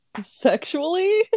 sexually